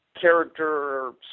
character